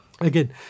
Again